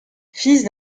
fils